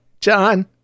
john